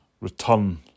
return